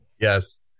Yes